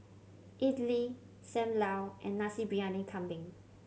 idly Sam Lau and Nasi Briyani Kambing